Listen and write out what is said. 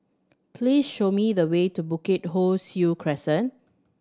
please show me the way to Bukit Ho Swee Crescent